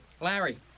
Larry